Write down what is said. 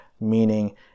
meaning